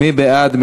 מי בעד?